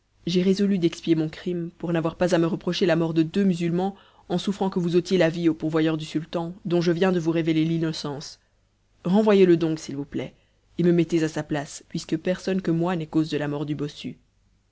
j'ai résolu d'expier mon crime pour n'avoir pas à me reprocher la mort de deux musulmans en souffrant que vous ôtiez la vie au pourvoyeur du sultan dont je viens de vous révéler l'innocence renvoyez le donc s'il vous plaît et me mettez à sa place puisque personne que moi n'est cause de la mort du bossu